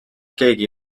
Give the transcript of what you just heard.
keegi